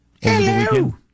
hello